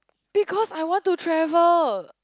because I want to travel